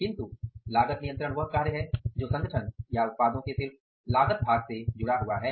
किन्तु लागत नियंत्रण वह कार्य है जो संगठन या उत्पादों के सिर्फ लागत भाग से जुड़ा हुआ है